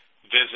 Visit